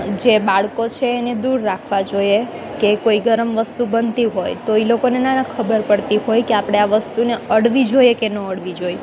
જે બાળકો છે એને દૂર રાખવા જોઈએ કે કોઈ ગરમ વસ્તુ બનતી હોય તો એ લોકોને ના ખબર પડતી હોય કે આપણે આ વસ્તુને અડકવી જોઈએ કે ન અડકવી જોઈએ